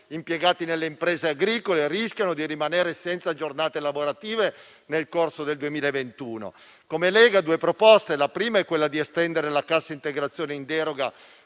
impiegati nelle imprese agricole rischiano di rimanere senza giornate lavorative nel corso del 2021. Noi della Lega abbiamo due proposte: quella di estendere la cassa integrazione in deroga